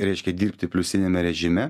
reiškia dirbti pliusiniame režime